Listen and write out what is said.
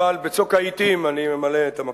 אבל בצוק העתים אני ממלא את המקום.